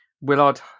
Willard